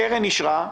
הקרן אישרה,